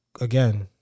again